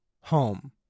home